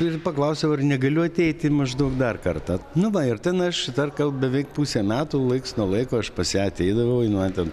ir paklausiau ar negaliu ateiti maždaug dar kartą nu va ir ten aš dar gal beveik pusę metų laiks nuo laiko aš pas ją ateidavau jin man ten